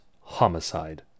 homicide